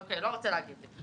אוקיי, לא רוצה להגיב לי.